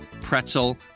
pretzel